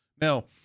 Now